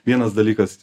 vienas dalykas